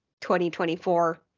2024